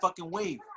wave